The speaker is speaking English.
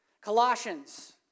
Colossians